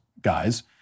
guys